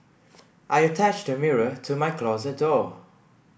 I attached a mirror to my closet door